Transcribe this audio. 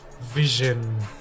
vision